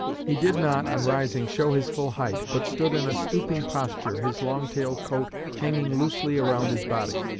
he did not, on rising, show his full height, but stood in a stooping posture, his long-tailed coat hanging loosely around his body,